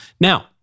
Now